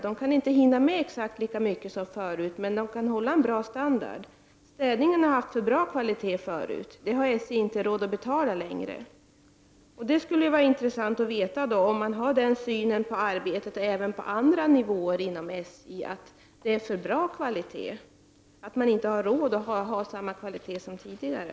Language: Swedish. De kan inte hinna med exakt lika mycket som tidigare, men de kan hålla en bra standard. Städningen har haft för bra kvalitet förut. Det har inte SJ råd att betala längre.” Det skulle vara intressant att få veta om denna syn på arbetet även finns på andra nivåer inom SJ — att det är för bra kvalitet och att man inte har råd att hålla samma kvalitet som tidigare.